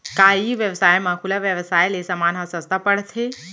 का ई व्यवसाय म खुला व्यवसाय ले समान ह का सस्ता पढ़थे?